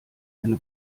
eine